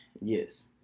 Yes